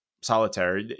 Solitaire